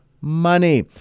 money